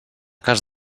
cas